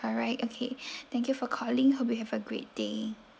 alright okay thank you for calling hope you have a great day